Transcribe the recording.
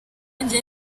jye